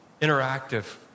interactive